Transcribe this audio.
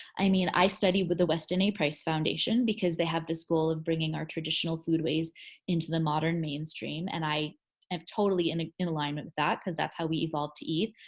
i mean, i study with the weston a. price foundation because they have this goal of bringing our traditional food ways into the modern mainstream and i am totally in in alignment with that cause that's how we evolved to eat.